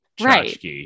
right